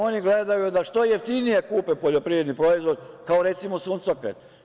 Oni gledaju da što jeftinije kupe poljoprivredni proizvod, kao recimo suncokret.